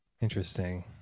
interesting